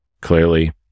clearly